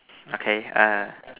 okay err